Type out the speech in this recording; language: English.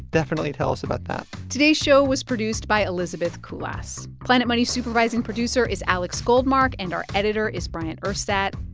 definitely tell us about that today's show was produced by elizabeth kulas. planet money's supervising producer is alex goldmark, and our editor is bryant urstadt.